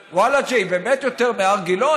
ולג'ה, באמת יותר מהר גילה?